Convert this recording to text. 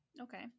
okay